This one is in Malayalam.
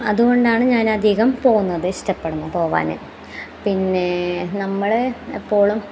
അതുകൊണ്ടാണ് ഞാൻ അധികം പോകുന്നത് ഇഷ്ടപ്പെടുന്നത് പോവാന് പിന്നെ നമ്മൾ എപ്പോളും